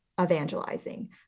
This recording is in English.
evangelizing